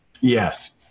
Yes